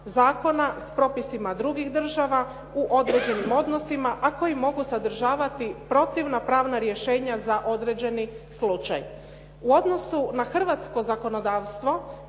zakona s propisima drugih država u određenim odnosima, a koji mogu sadržavati prohtjevna pravna rješenja za određeni slučaj. U odnosu na hrvatsko zakonodavstvo,